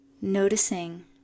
noticing